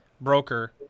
broker